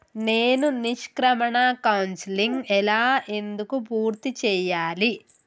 నేను నిష్క్రమణ కౌన్సెలింగ్ ఎలా ఎందుకు పూర్తి చేయాలి?